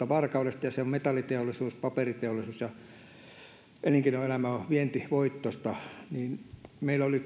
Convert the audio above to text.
varkaudesta ja siellä on metalliteollisuutta ja paperiteollisuutta ja elinkeinoelämä on vientivoittoista meillä oli